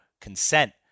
consent